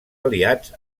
aliats